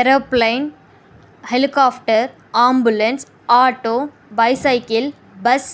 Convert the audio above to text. aeroplane helicopter ambulance auto bicycle bus